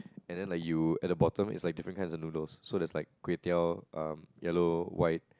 and then like you at the bottom it's like different kinds of noodles so there's like kway teow um yellow white